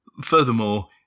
furthermore